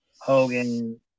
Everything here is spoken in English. Hogan